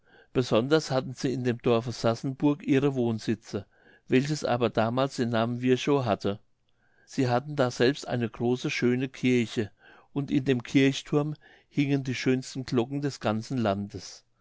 besonders hatten sie in dem dorfe sassenburg ihre wohnsitze welches aber damals den namen wirchow hatte sie hatten daselbst eine große schöne kirche und in dem kirchthurm hingen die schönsten glocken des ganzen landes